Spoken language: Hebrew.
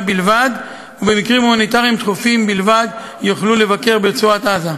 ובמקרים הומניטריים דחופים בלבד יוכלו לבקר ברצועת-עזה.